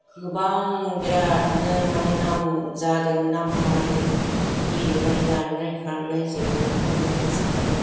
गोबां बिरादनो माने नाम जादों नाम खामायदों गेलेनाय बारनाय खारनाय जेरावबो खननाय मोसानाय